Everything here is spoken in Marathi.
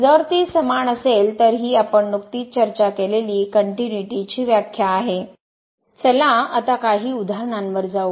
जर ते समान असेल तर ही आपण नुकतीच चर्चा केलेली कनट्युनिटी ची व्याख्या आहे चला आता काही उदाहरणांवर जाऊ